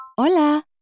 Hola